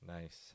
nice